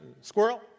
Squirrel